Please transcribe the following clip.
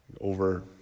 Over